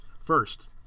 First